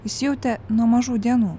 įsijautė nuo mažų dienų